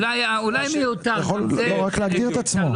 אולי כבר מיותר לומר את זה.